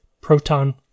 proton